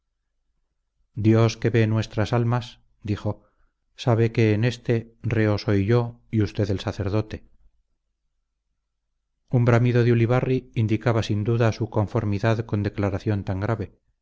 dios que ve nuestras almas dijo sabe que en este reo soy yo y usted el sacerdote un bramido de ulibarri indicaba sin duda su conformidad con declaración tan grave